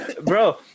Bro